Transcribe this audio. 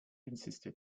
insisted